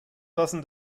fassen